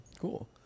cool